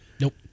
Nope